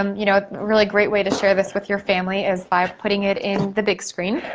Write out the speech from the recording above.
um you know really great way to share this with your family is by putting it in the big screen.